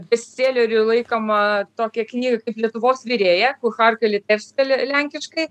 bestseleriu laikomą tokią knygą kaip lietuvos virėja kucharka litevska lenkiškai